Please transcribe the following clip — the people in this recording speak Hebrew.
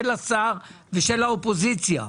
של השר ושל האופוזיציה.